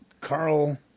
Carl